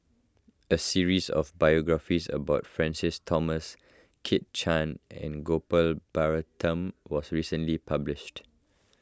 a series of biographies about Francis Thomas Kit Chan and Gopal Baratham was recently published